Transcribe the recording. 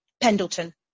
Pendleton